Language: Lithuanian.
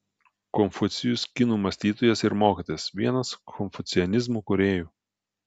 konfucijus kinų mąstytojas ir mokytojas vienas konfucianizmo kūrėjų